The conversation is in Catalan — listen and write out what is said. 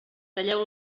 talleu